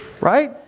Right